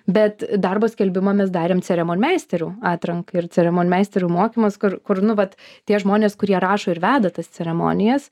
bet darbo skelbimą mes darėm ceremonimeisterių atrankai ir ceremonimeisterių mokymas kur kur nu vat tie žmonės kurie rašo ir veda tas ceremonijas